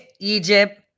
Egypt